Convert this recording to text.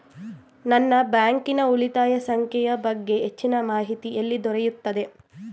ನನ್ನ ಬ್ಯಾಂಕಿನ ಉಳಿತಾಯ ಸಂಖ್ಯೆಯ ಬಗ್ಗೆ ಹೆಚ್ಚಿನ ಮಾಹಿತಿ ಎಲ್ಲಿ ದೊರೆಯುತ್ತದೆ?